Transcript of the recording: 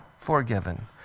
forgiven